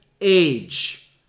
age